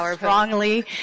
wrongly